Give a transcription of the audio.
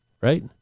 right